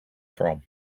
from